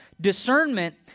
Discernment